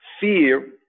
Fear